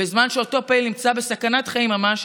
בזמן שאותו פעיל נמצא בסכנת חיים ממש,